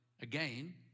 again